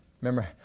Remember